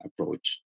approach